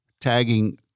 tagging